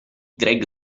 greg